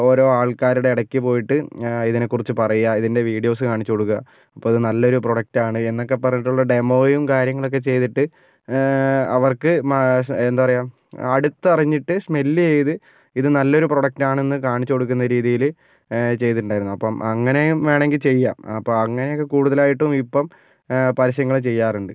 ഓരോ ആൾക്കാരുടെ ഇടയ്ക്ക് പോയിട്ട് ഇതിനെക്കുറിച്ച് പറയുക ഇതിൻ്റെ വീഡിയോസ് കാണിച്ച് കൊടുക്കുക അപ്പം അത് നല്ലൊരു പ്രൊഡക്റ്റാണ് എന്നൊക്കെ പറഞ്ഞിട്ടുള്ളൊരു ഡെമോയും കാര്യങ്ങളൊക്കെ ചെയ്തിട്ട് അവർക്ക് മാ എന്താ പറയുക അടുത്തറിഞ്ഞിട്ട് സ്മെല്ല് ചെയ്ത് ഇത് നല്ലൊരു പ്രൊഡക്റ്റാണെന്ന് കാണിച്ച് കൊടുക്കുന്ന രീതിയില് ചെയ്തിട്ടുണ്ടായിരുന്നു അപ്പം അങ്ങനേയും വേണമെങ്കിൽ ചെയ്യാം അപ്പം അങ്ങനെയൊക്കെ കൂടുതലായിട്ടും ഇപ്പം പരസ്യങ്ങള് ചെയ്യാറുണ്ട്